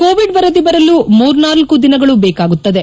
Covid ವರದಿ ಬರಲು ಮೂರ್ನಾಲ್ಲು ದಿನಗಳು ಬೇಕಾಗುತ್ತದೆ